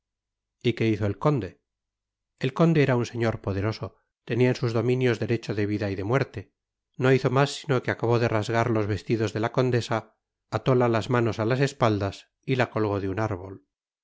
y qué hizo el conde el conde era un señor poderoso tenia en sus dominios derecho de vida y de muerte no hizo mas si no que acabó de rasgar los vestidos de la condesa atóla las manos á las espaldas y la colgó de un árbol